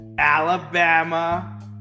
Alabama